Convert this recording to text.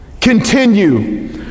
continue